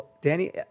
Danny